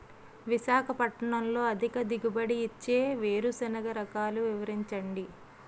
విశాఖపట్నంలో అధిక దిగుబడి ఇచ్చే వేరుసెనగ రకాలు వివరించండి?